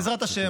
בעזרת השם.